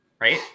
right